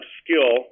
skill